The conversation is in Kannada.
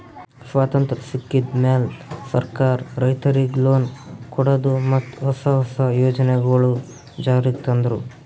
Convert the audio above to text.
ಸ್ವತಂತ್ರ್ ಸಿಕ್ಕಿದ್ ಮ್ಯಾಲ್ ಸರ್ಕಾರ್ ರೈತರಿಗ್ ಲೋನ್ ಕೊಡದು ಮತ್ತ್ ಹೊಸ ಹೊಸ ಯೋಜನೆಗೊಳು ಜಾರಿಗ್ ತಂದ್ರು